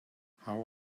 how